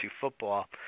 football